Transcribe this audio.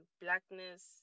blackness